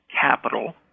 capital